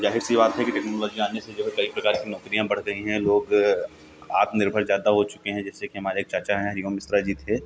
ज़ाहिर सी बात है कि टेक्नोलॉजी आने से जो है कई प्रकार की नौकरियाँ बढ़ गई हैं लोग आत्मनिर्भर ज़्यादा हो चुके हैं जैसे कि हमारे एक चाचा हैं जीवन मिश्रा जी थे